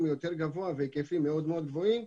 יותר גבוה והיקפים מאוד מאוד גבוהים,